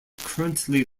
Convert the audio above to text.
currently